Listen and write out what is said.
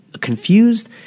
confused